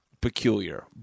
peculiar